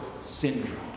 syndrome